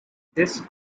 this